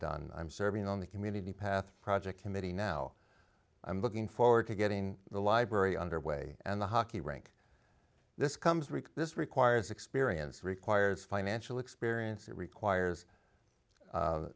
done i'm serving on the community path project committee now i'm looking forward to getting the library underway and the hockey rink this comes rick this requires experience requires financial experience it requires